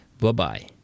Bye-bye